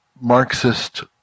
Marxist